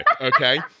okay